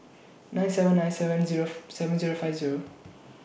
nine seven nine seven Zero seven Zero five Zero